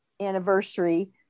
anniversary